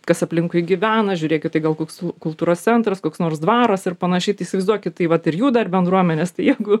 kas aplinkui gyvena žiūrėkit tai gal koks kultūros centras koks nors dvaras ir panašiai tai įsivaizduokit tai vat ir jų dar bendruomenės tai jeigu